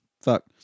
Fuck